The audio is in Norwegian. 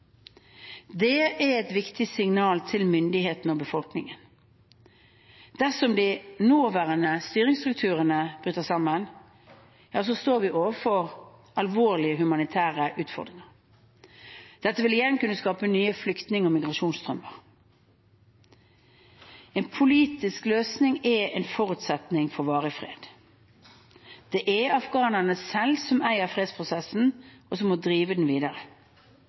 Det er et viktig signal til myndighetene og befolkningen. Dersom de nåværende styringsstrukturene bryter sammen, står vi overfor alvorlige humanitære utfordringer. Dette vil igjen kunne skape nye flyktning- og migrasjonsstrømmer. En politisk løsning er en forutsetning for varig fred. Det er afghanerne selv som eier fredsprosessen, og som må drive den videre.